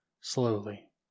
slowly